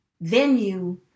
venue